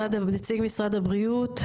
נציג משרד הבריאות,